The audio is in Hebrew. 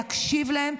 להקשיב להם,